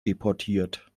deportiert